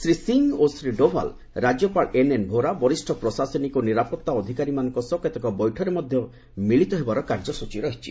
ଶ୍ରୀ ସିଂ ଓ ଶ୍ରୀ ଡୋଭାଲ୍ ରାକ୍ୟପାଳ ଏନ୍ଏନ୍ ଭୋରା ବରିଷ୍ଠ ପ୍ରଶାସନିକ ଓ ନିରାପତ୍ତା ଅଧିକାରୀମାନଙ୍କ ସହ କେତେକ ବୈଠକରେ ମଧ୍ୟ ମିଳିତ ହେବାର କାର୍ଯ୍ୟସଚୀ ରହିଛି